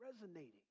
resonating